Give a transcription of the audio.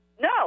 No